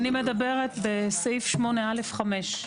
אני מדברת בסעיף 8(א)(5).